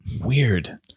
weird